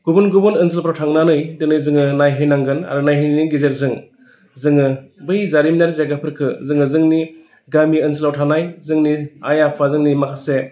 गुबुन गुबुन ओनसोलफोराव थांनानै दिनै जोङो नायहैनांगोन आरो नायहैनायनि गेजेरजों जोङो बै जारिमिनारि जायगाफोरखो जोङो जोंनि गामि ओनसोलाव थानाय जोंनि आइ आफा जोंनि माखासे